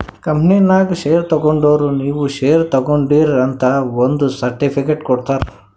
ಕಂಪನಿನಾಗ್ ಶೇರ್ ತಗೊಂಡುರ್ ನೀವೂ ಶೇರ್ ತಗೊಂಡೀರ್ ಅಂತ್ ಒಂದ್ ಸರ್ಟಿಫಿಕೇಟ್ ಕೊಡ್ತಾರ್